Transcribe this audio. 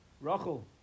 Rachel